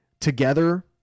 together